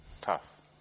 Tough